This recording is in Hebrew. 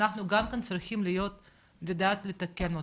אנחנו גם כן צריכים לדעת לתקן אותן.